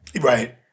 right